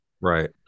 Right